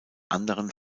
anderen